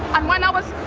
um when i was